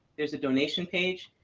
there's a donation page.